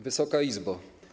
Wysoka Izbo!